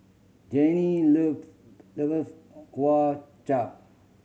Janae love kwa chap